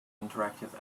interactive